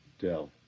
Dell